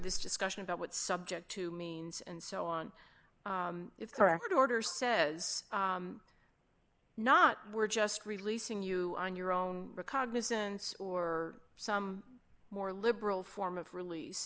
this discussion about what subject to means and so on is correct order says not we're just releasing you on your own recognizance or some more liberal form of release